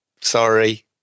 Sorry